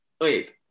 wait